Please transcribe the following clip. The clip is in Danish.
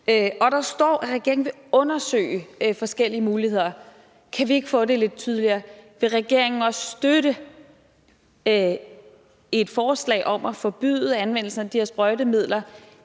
og der står, at regeringen vil undersøge forskellige muligheder. Kan vi ikke få det lidt tydeligere? Vil regeringen også støtte et forslag om at forbyde anvendelsen af de her sprøjtemidler